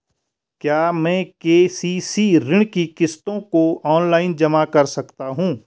क्या मैं के.सी.सी ऋण की किश्तों को ऑनलाइन जमा कर सकता हूँ?